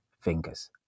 Fingers